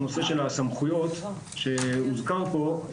הנושא של הסמכויות שהוזכר פה,